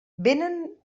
vénen